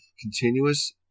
continuous